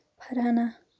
Farhana